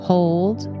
Hold